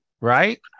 Right